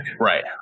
Right